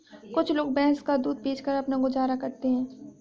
कुछ लोग भैंस का दूध बेचकर अपना गुजारा करते हैं